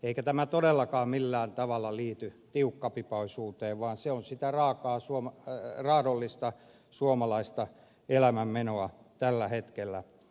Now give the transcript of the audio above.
eikä tämä todellakaan millään tavalla liity tiukkapipoisuuteen vaan se on sitä raadollista suomalaista elämänmenoa tällä hetkellä